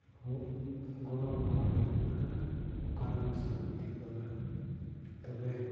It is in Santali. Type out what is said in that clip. ᱦᱚᱸ ᱜᱚᱨᱚᱢ ᱦᱟᱣᱟ ᱦᱤᱡᱩᱜ ᱠᱟᱱᱟ ᱚᱠᱟᱨᱮᱦᱚᱸ ᱥᱟᱱᱛᱤ ᱵᱟᱝᱼᱟ ᱛᱚᱵᱮ